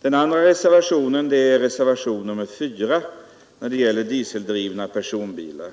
Den andra reservationen, nr 4, gäller dieseldrivna personbilar.